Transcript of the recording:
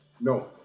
No